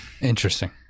Interesting